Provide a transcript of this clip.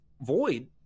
Void